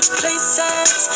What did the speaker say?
places